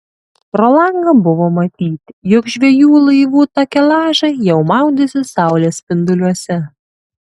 pro langą buvo matyti jog žvejų laivų takelažai jau maudosi saulės spinduliuose